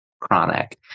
chronic